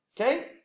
Okay